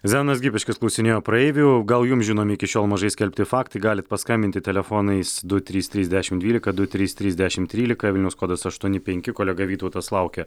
zenonas gipiškis klausinėjo praeivių gal jums žinomi iki šiol mažai skelbti faktai galite paskambinti telefonais du trys trys dešimt dvylika du trys trys dešimt trylika vilniaus kodas aštuoni penki kolega vytautas laukia